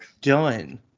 done